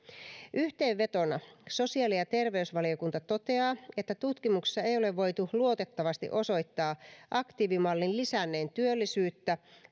yhteenvetona sosiaali ja terveysvaliokunta toteaa että tutkimuksessa ei ole voitu luotettavasti osoittaa aktiivimallin lisänneen työllisyyttä